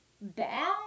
bad